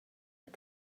and